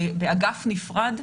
באגף נפרד,